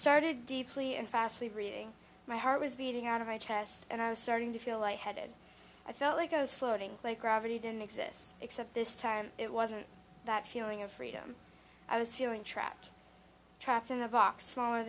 started deeply and fast the reading my heart was beating out of my chest and i was starting to feel light headed i felt like i was floating like gravity didn't exist except this time it wasn't that feeling of freedom i was feeling trapped trapped in the box smaller